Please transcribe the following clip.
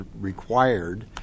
required